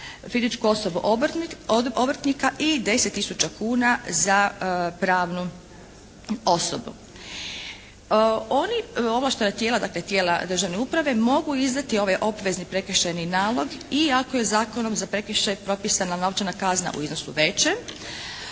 fizičku osobu obrtnika i 10 tisuća kuna za pravnu osobu. Ovlaštena tijela, dakle tijela državne uprave mogu izdati ovaj obvezni prekršajni nalog i ako je Zakonom za prekršaj propisana novčana kazna u iznosu veće